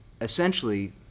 essentially